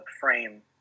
frame